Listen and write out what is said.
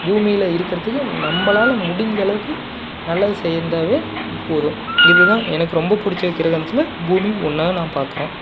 பூமியில் இருக்கிறதுக்கு நம்மளால முடிஞ்ச அளவுக்கு நல்லதை செஞ்சாவே போதும் இது தான் எனக்கு ரொம்ப பிடிச்ச கிரகத்துல பூமி ஒன்றா நான் பார்க்கறேன்